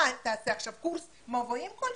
מה תעשה עכשיו, קורס מבואים כלשהו?